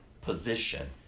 position